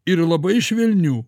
ir labai švelnių